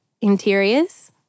interiors